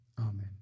Amen